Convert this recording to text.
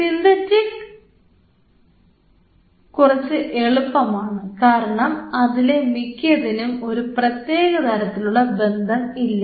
synthetic കുറച്ച് എളുപ്പമാണ് കാരണം അതിലെ മിക്കതിനും ഒരു പ്രത്യേകതരത്തിലുള്ള ബന്ധമല്ല